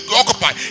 occupy